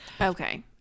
Okay